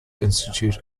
institute